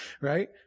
right